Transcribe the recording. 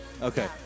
Okay